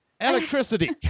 electricity